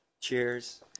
cheers